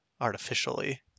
artificially